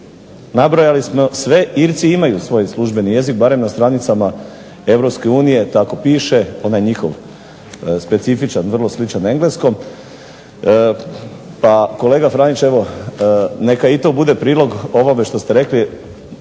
sve. Irci imaju svoj službeni jezik barem na stranicama Europske unije. Tako piše onaj njihov specifičan vrlo sličan engleskom, pa kolega Franić evo neka i to bude prilog ovome što ste rekli